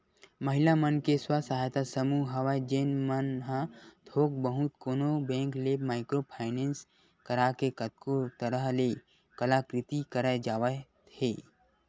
महिला मन के स्व सहायता समूह हवय जेन मन ह थोक बहुत कोनो बेंक ले माइक्रो फायनेंस करा के कतको तरह ले कलाकृति करत जावत हे